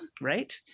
right